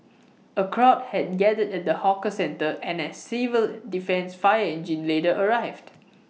A crowd had gathered at the hawker centre and A civil defence fire engine later arrived